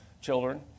children